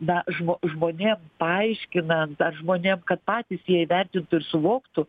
na žmo žmonėm paaiškinant ar žmonėm kad patys jie įvertintų ir suvoktų